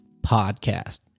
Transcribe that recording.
podcast